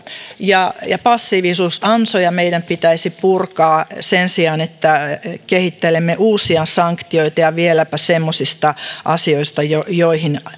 ja ja passiivisuusansoja meidän pitäisi purkaa sen sijaan että kehittelemme uusia sanktioita ja vieläpä semmoisista asioista joihin